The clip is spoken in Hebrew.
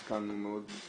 השכלנו מאוד,